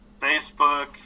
Facebook